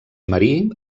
marí